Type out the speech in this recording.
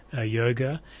yoga